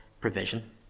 provision